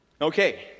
Okay